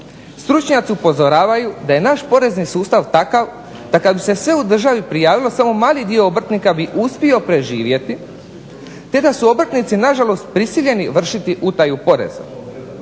Stručnjaci upozoravaju da je naš porezni sustav takav da kada bi se sve u državi prijavilo samo mali dio obrtnika bi uspio preživjeti te da su obrtnici nažalost prisiljeni vršiti utaju poreza.